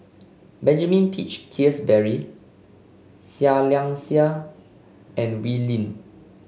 Benjamin Peach Keasberry Seah Liang Seah and Wee Lin